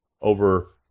over